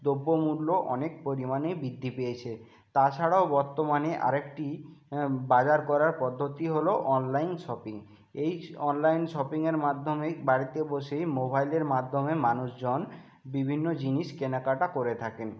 দ্রব্যমূল্য অনেক পরিমাণে বিদ্ধি পেয়েছে তাছাড়াও বর্তমানে আরেকটি বাজার করার পদ্ধতি হল অনলাইন শপিং এই অনলাইন শপিংয়ের মাধ্যমেই বাড়িতে বসেই মোবাইলের মাধ্যমে মানুষজন বিভিন্ন জিনিস কেনাকাটা করে থাকেন